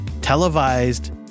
televised